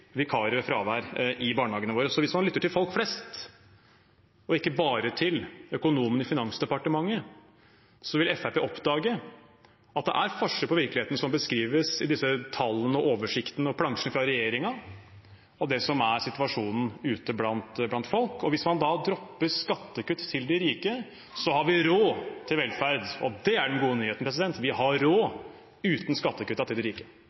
fravær i barnehagene våre. Så hvis man lytter til folk flest og ikke bare til økonomene i Finansdepartementet, vil Fremskrittspartiet oppdage at det er forskjell på virkeligheten som beskrives i disse tallene og oversiktene og plansjene fra regjeringen, og det som er situasjonen ute blant folk. Hvis man dropper skattekutt til de rike, har vi råd til velferd. Det er den gode nyheten: Vi har råd uten skattekuttene til de rike.